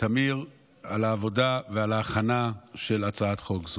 טמיר על העבודה ועל ההכנה של הצעת חוק זו.